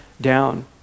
down